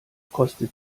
kostet